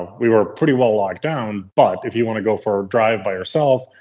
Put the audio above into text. ah we were pretty well locked down, but if you want to go for a drive by yourself,